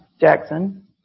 Jackson